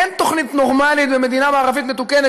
אין תוכנית נורמלית במדינה מערבית מתוקנת